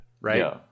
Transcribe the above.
right